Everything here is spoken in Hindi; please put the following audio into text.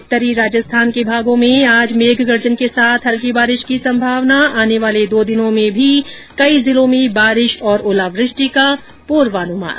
उत्तरी राजस्थान के भागों में आज मेघ गर्जन के साथ हल्की बारिश की संमावना आने वाले दो दिनों में भी कई जिलों में बारिश और ओलावृष्टि का पूर्वानुमान